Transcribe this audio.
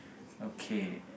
okay